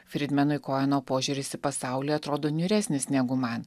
fridmanui koeno požiūris į pasaulį atrodo niūresnis negu man